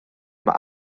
mae